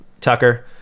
Tucker